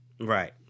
right